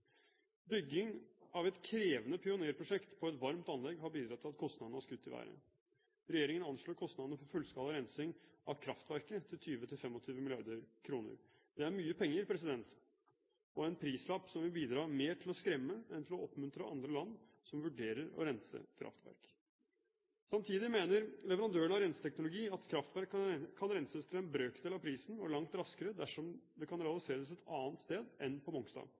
Bygging av et krevende pionerprosjekt på et varmt anlegg har bidratt til at kostnadene har skutt i været. Regjeringen anslår kostnadene for fullskala rensing av kraftverket til 20–25 mrd. kr. Det er mye penger og en prislapp som vil bidra mer til å skremme enn til å oppmuntre andre land som vurderer å rense kraftverk. Samtidig mener leverandørene av renseteknologi at kraftverk kan renses til en brøkdel av prisen og langt raskere dersom det kan realiseres et annet sted enn på Mongstad.